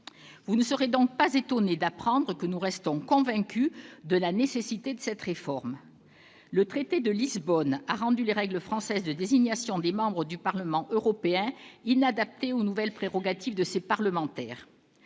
Vous ne serez donc pas étonnés d'apprendre que nous restons convaincus de la nécessité de cette réforme. Depuis le traité de Lisbonne, les règles françaises de désignation des membres du Parlement européen ne sont plus adaptées aux nouvelles prérogatives de ces parlementaires.